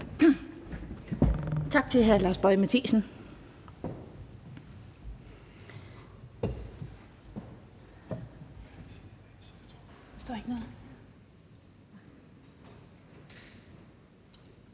Tak til hr. Lars Boje Mathiesen.